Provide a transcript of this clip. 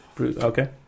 Okay